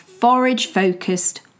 forage-focused